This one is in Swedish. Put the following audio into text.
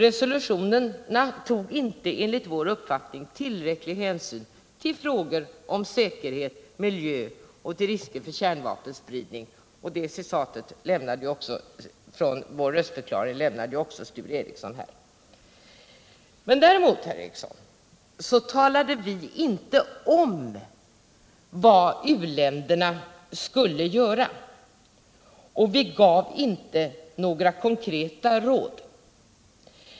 Resolutionerna tog inte enligt vår uppfattning tillräcklig hänsyn till frågor om säkerhet, miljö och risker för kärnvapenspridning. Det citatet från våra röstförklaringar tog också Sture Ericson upp här. Däremot, herr Ericson, talade vi inte om vad u-länderna skulle göra. Och vi gav inte några konkreta råd.